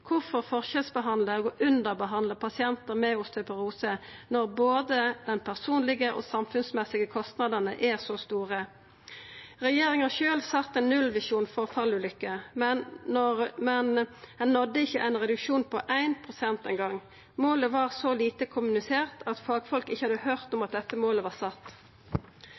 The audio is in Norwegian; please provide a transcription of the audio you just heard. forskjellsbehandla og underbehandla pasientar med osteoporose når både dei personlege og samfunnsmessige kostnadene er så store? Regjeringa sjølv sette ein nullvisjon for fallulykker, men ein nådde ikkje ein reduksjon på 1 pst. eingong. Målet var så lite kommunisert at fagfolk ikkje hadde høyrt om at dette målet var sett.